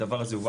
הדבר הזה יובא